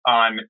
on